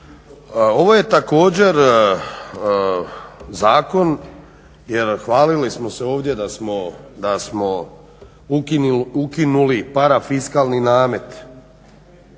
Ovo je također zakon jer hvalili smo se ovdje da smo ukinuli parafiskalni namet